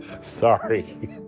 Sorry